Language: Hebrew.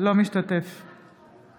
בהצבעה